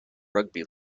rugby